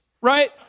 right